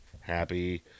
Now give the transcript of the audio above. happy